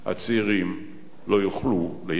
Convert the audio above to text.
הצעירים לא יוכלו להירגע.